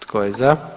Tko je za?